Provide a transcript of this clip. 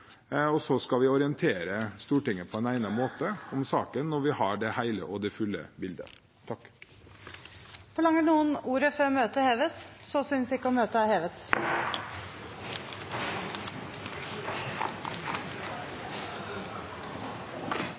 og så skal vi orientere Stortinget på egnet måte om saken når vi har det hele og fulle bildet. Forlanger noen ordet før møtet heves? Så synes ikke. – Møtet er hevet.